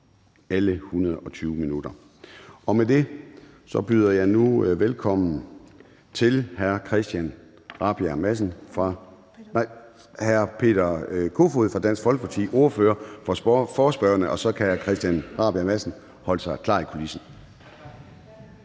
alle 120 minutter. Med det byder jeg nu velkommen til hr. Peter Kofod fra Dansk Folkeparti som ordfører for forespørgerne, og så kan hr. Christian Rabjerg Madsen holde sig klar i kulissen.